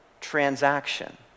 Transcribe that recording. transaction